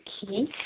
key